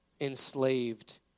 enslaved